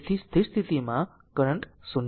તેથી સ્થિર સ્થિતિમાં કરંટ 0